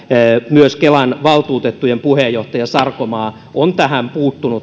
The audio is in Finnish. myös kelan valtuutettujen puheenjohtaja sarkomaa on tähän puuttunut